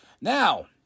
Now